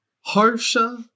harsha